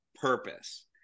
purpose